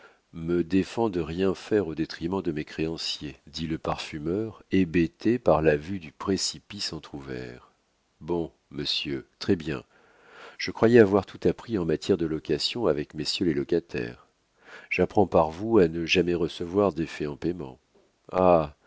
me défend de rien faire au détriment de mes créanciers dit le parfumeur hébété par la vue du précipice entr'ouvert bon monsieur très-bien je croyais avoir tout appris en matière de location avec messieurs les locataires j'apprends par vous à ne jamais recevoir d'effets en paiement